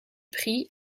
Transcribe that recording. prix